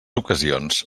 ocasions